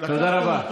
תודה רבה.